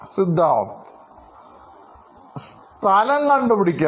Siddharth സ്ഥലം കണ്ടുപിടിക്കണം